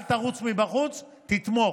אל תרוץ מבחוץ, תתמוך.